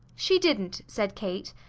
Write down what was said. she didn't! said kate.